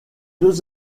deux